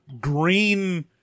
green